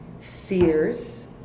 fears